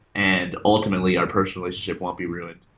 and ultimate, like our personal relationship won't be ruined,